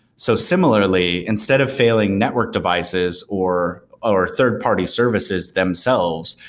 so similarly, instead of failing network devices or or third-party services themselves,